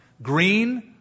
Green